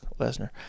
Lesnar